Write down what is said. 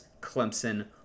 Clemson